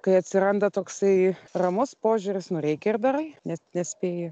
kai atsiranda toksai ramus požiūris nu reikia ir darai nes nespėji